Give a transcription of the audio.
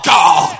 God